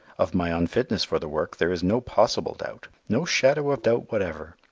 of my unfitness for the work there is no possible doubt, no shadow of doubt whatever,